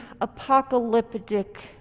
apocalyptic